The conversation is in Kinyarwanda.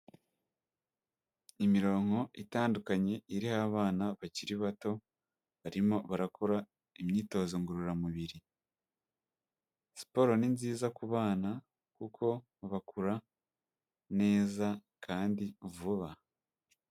Imironko itandukanye iriho abana bakiri bato, barimo barakora imyitozo ngororamubiri. Siporo ni nziza ku bana, kuko bakura neza kandi vuba.